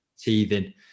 teething